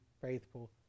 faithful